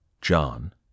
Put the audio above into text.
John